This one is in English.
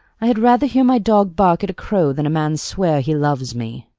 i had rather hear my dog bark at a crow than a man swear he loves me.